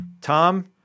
Tom